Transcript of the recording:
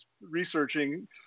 researching